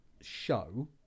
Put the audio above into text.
show